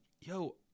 yo